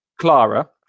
Clara